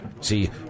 See